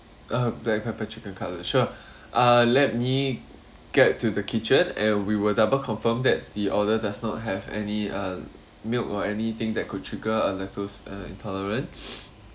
uh black pepper chicken cutlet sure uh let me get to the kitchen and we will double confirm that the order does not have any uh milk or anything that could trigger a lactose uh intolerance